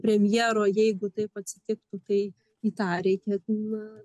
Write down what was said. premjero jeigu taip atsitiktų tai į tą reikia na